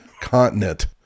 continent